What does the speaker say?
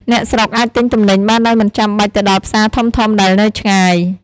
អ្នកស្រុកអាចទិញទំនិញបានដោយមិនចាំបាច់ទៅដល់ផ្សារធំៗដែលនៅឆ្ងាយ។